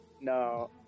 no